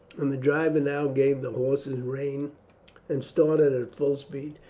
and the driver now gave the horses rein and started at full speed.